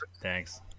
Thanks